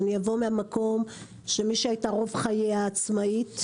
הייתי רוב חיי עצמאית,